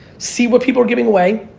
see what people are giving away,